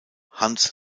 hans